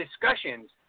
discussions